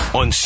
on